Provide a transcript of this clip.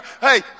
hey